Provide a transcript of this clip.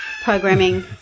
programming